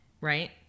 right